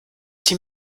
die